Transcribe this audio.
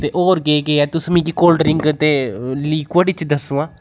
ते होर केह् केह् ऐ तुस मिकी कोल्ड ड्रिंक ते लिक्युड च दस्सो हां